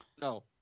No